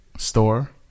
store